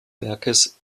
werkes